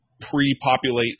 pre-populate